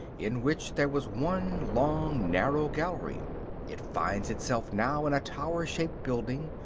in which there was one long, narrow gallery it finds itself now in a tower-shaped building,